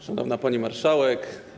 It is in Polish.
Szanowna Pani Marszałek!